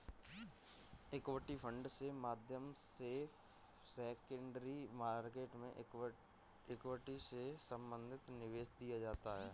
equity fund के माध्यम से सेकेंडरी मार्केट में इक्विटी से संबंधित निवेश किया जाता है